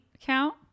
count